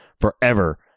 forever